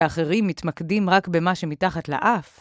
האחרים מתמקדים רק במה שמתחת לאף.